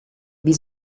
wie